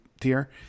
tier